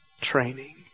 Training